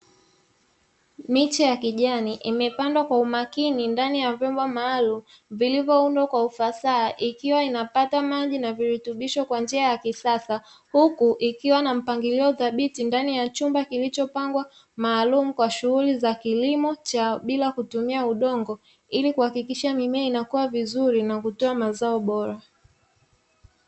Miche ya kijani imepandwa kwa umakini ndani ya vyombo maalumu vilivyoundwa kwa ufasa ikiwa inapata maji na virutubishi kwa njia ya kisasa huku, ikiwa na mpangilio dhabiti ndani ya chumba kilichopangwa maalumu kwa shughuli za kilimo cha bila kutumia udongo ili kuhakikisha mimea inakuwa vizuri na kutoa mazao bora.